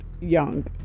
young